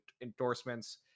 endorsements